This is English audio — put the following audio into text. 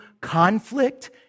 conflict